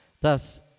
Thus